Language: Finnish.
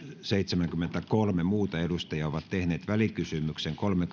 seitsemänkymmentäkolme muuta edustajaa ovat tehneet välikysymyksen kolme